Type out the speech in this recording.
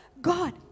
God